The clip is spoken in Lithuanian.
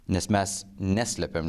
nes mes neslepiam